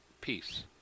Peace